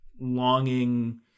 longing